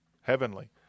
Heavenly